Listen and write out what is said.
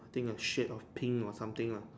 I think a shade of pink or something lah